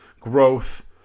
growth